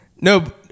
No